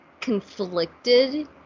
conflicted